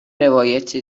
روایت